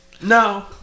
No